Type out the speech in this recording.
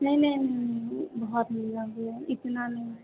नहीं नहीं बहुत महंगा भी है इतना नहीं